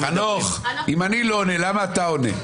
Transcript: חנוך, אני לא עונה, למה אתה עונה?